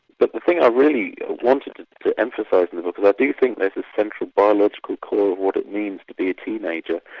but the thing i really ah wanted to emphasise in the book is i do think there's a central biological core of what it means to be a teenager.